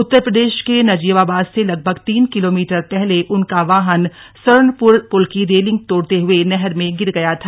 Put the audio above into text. उत्तर प्रदेश के नजीवाबाद से लगभग तीन किलोमीटर पहले उनका वाहन सर्वनपुर पुल की रेलिंग तोड़ते हुये नहर में गिर गया था